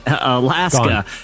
Alaska